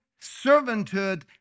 servanthood